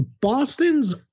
Boston's